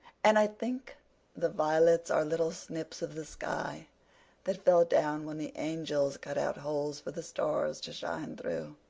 and i think the violets are little snips of the sky that fell down when the angels cut out holes for the stars to shine through.